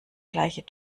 gleiche